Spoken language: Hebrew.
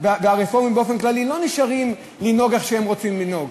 והרפורמים באופן כללי לא נשארים לנהוג איך שהם רוצים לנהוג,